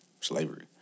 slavery